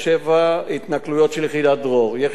התנכלויות של יחידת "דרור" יחידת "דרור",